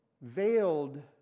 veiled